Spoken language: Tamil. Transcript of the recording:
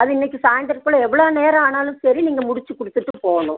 அது இன்னைக்கு சாய்ந்திரக்குள்ள எவ்வளோ நேரம் ஆனாலும் சரி நீங்கள் முடித்து கொடுத்துட்டு போகணும்